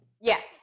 Yes